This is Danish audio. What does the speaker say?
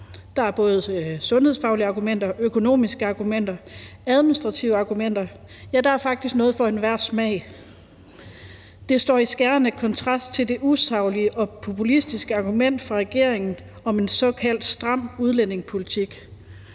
Der er både sundhedsfaglige argumenter, økonomiske argumenter og administrative argumenter, ja, der er faktisk noget for enhver smag, og det står i skærende kontrast til det usaglige og populistiske argument fra regeringen om en såkaldt stram udlændingepolitik,